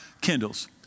kindles